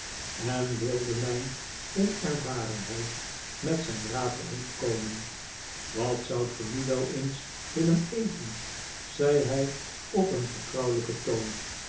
en wilde mijn onervarenheid met zijn raad te hulp komen wat zoudt ge nu wel eens willen eten zei hij op een vertrouwelijken toon